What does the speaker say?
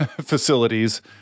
facilities